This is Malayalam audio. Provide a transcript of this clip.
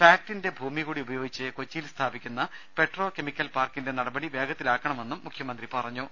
ഫാക്റ്റിന്റെ ഭൂമി കൂടി ഉപയോഗിച്ച് കൊച്ചിയിൽ സ്ഥാപിക്കുന്ന പെട്രോ കെമി ക്കൽ പാർക്കിന്റെ നടപടി വേഗത്തിലാക്കണമെന്നും മുഖൃമന്ത്രി പറഞ്ഞു